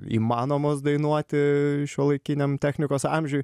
įmanomos dainuoti šiuolaikiniam technikos amžiuj